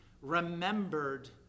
Remembered